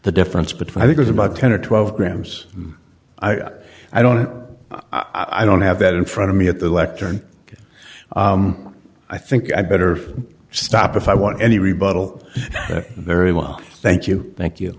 the difference between i think is about ten or twelve grams i don't i don't have that in front of me at the lectern because i think i better stop if i want any rebuttal very well thank you thank you